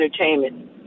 entertainment